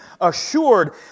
assured